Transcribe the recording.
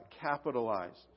capitalized